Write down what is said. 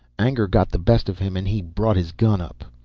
anger got the best of him and he brought his gun up.